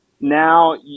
now